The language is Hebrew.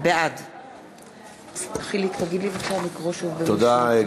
בעד תודה.